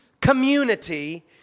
community